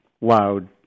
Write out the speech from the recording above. loud